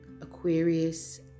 Aquarius